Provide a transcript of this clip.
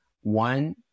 one